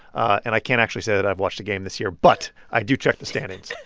and i can't actually say that i've watched a game this year, but i do check the standings